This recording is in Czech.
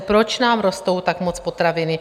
Proč nám rostou tak moc potraviny?